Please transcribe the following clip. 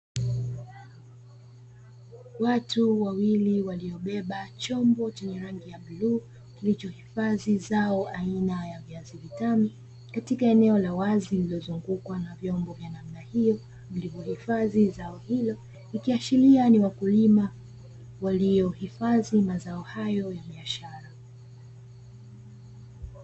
Watu wawili waliobeba chombo chenye rangi ya bluu, kilichohifadhi zao la aina ya viazi vitamu, katika eneo la wazi zilizozungukwa na vyombo vya namna hiyo vilivyo hifadhi zao hilo likiashiria ni wakulima wa leo hifadhi mazao hayo ya biashara.